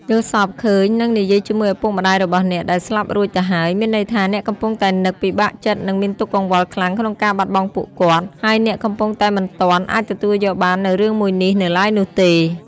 យល់សប្តិឃើញ និងនិយាយជាមួយឪពុកម្តាយរបស់អ្នកដែលស្លាប់រួចទៅហើយ មានន័យថា អ្នកកំពុងតែនឹក ពិបាកចិត្តនិងមានទុកកង្វល់ខ្លាំងក្នុងការបាត់បង់ពួកគាត់ ហើយអ្នកកំពុងតែមិនទាន់ អាចទទួលយកបាននូវរឿងមួយនេះនៅឡើយនោះទេ។